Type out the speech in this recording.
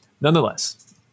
Nonetheless